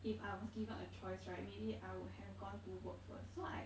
if I was given a choice right maybe I would have gone to work so I